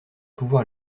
pouvoir